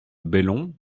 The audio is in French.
bellon